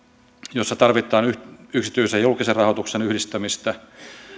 joissa tarvitaan yksityisen ja julkisen rahoituksen yhdistämistä